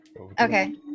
Okay